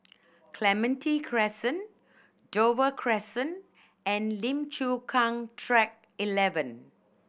Clementi Crescent Dover Crescent and Lim Chu Kang Track Eleven